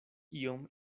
iom